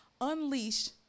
unleash